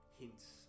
hints